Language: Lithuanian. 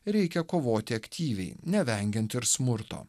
reikia kovoti aktyviai nevengiant ir smurto